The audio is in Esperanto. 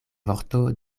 vorto